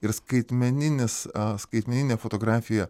ir skaitmeninis a skaitmeninė fotografija